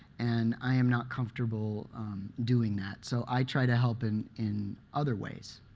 and i am not comfortable doing that. so i try to help in in other ways.